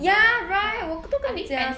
ya right 我都跟你讲